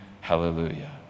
Hallelujah